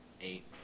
Eight